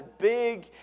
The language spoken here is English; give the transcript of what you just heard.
big